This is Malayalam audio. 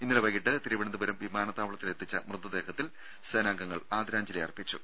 ഇന്നലെ വൈകീട്ട് തിരുവനന്തപുരം വിമാനത്താവളത്തിലെത്തിച്ച മൃതദേഹത്തിൽ സേനാംഗങ്ങൾ ആദരാജ്ഞലിയർപ്പിച്ചു